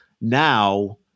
now